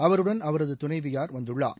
அவருடன் அவரது துணைவியார் வந்துள்ளார்